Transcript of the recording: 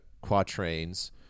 quatrains